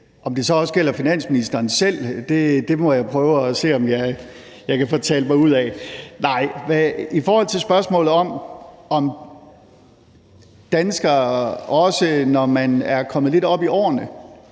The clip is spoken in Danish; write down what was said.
Om det så også gælder finansministeren selv, må jeg prøve at se om jeg kan få talt mig ud af. I forhold til spørgsmålet om, om danskere, også når man er kommet lidt op i årene,